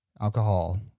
alcohol